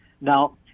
now